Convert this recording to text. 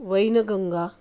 Wainganga